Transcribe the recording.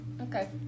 Okay